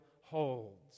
holds